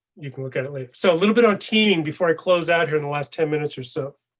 you can look at it later, so a little bit on team before i close out here in the last ten minutes or so,